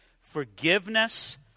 forgiveness